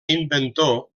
inventor